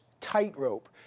tightrope